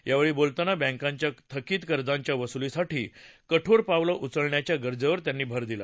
यावेळी बोलताना बँकांच्या थकित कर्जांच्या वसुलीसाठी कठोर पावलं उचलण्याच्या गरजेवर त्यांनी भर दिला